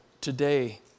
today